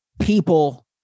people